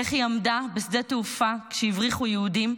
איך היא עמדה בשדה תעופה כשהבריחו יהודים,